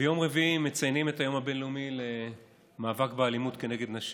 ביום רביעי מציינים את היום הבין-לאומי למאבק באלימות כלפי נשים.